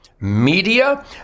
media